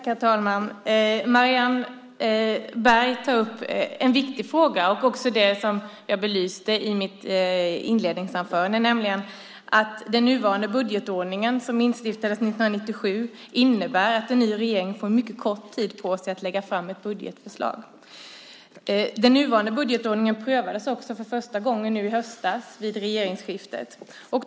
Herr talman! Marianne Berg tar upp en viktig fråga, som jag också belyste i mitt inledningsanförande, nämligen att den nuvarande budgetordningen som instiftades 1997 innebär att en ny regering får mycket kort tid på sig för att lägga fram ett budgetförslag. Den nuvarande budgetordningen prövades också för första gången nu i höstas, vid regeringsskiftet.